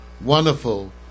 wonderful